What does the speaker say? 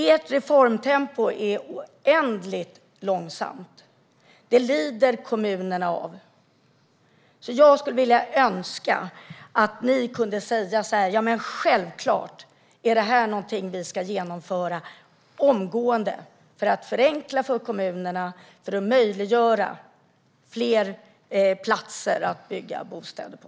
Ert reformtempo är oändligt långsamt. Det lider kommunerna av. Jag önskar att ni kunde säga: Självklart, detta ska vi genomföra omgående för att förenkla för kommunerna och för att möjliggöra fler platser att bygga bostäder på.